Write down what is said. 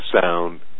sound